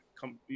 come